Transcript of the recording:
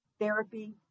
therapy